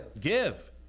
Give